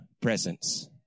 presence